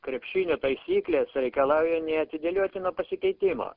krepšinio taisyklės reikalauja neatidėliotino pasikeitimo